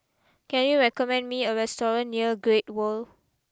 can you recommend me a restaurant near Great World